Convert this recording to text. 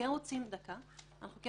פנים